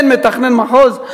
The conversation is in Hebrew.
אין מתכנן מחוז,